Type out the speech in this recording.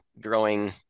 growing